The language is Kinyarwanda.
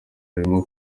harimo